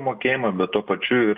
mokėjimą bet tuo pačiu ir